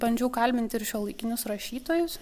bandžiau kalbinti ir šiuolaikinius rašytojus